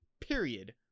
period